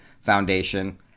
Foundation